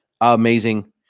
amazing